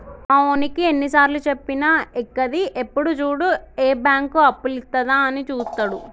మావోనికి ఎన్నిసార్లుజెప్పినా ఎక్కది, ఎప్పుడు జూడు ఏ బాంకు అప్పులిత్తదా అని జూత్తడు